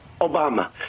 Obama